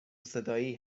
صدایی